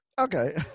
Okay